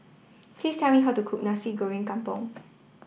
please tell me how to cook Nasi Goreng Kampung